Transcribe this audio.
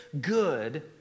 good